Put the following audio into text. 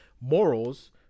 Morals